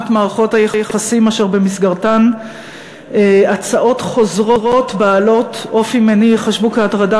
מערכות היחסים אשר במסגרתן הצעות חוזרות בעלות אופי מיני ייחשבו הטרדה